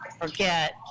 forget